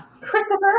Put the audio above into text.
Christopher